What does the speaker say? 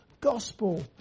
gospel